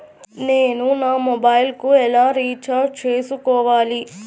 నేను నా మొబైల్కు ఎలా రీఛార్జ్ చేసుకోవాలి?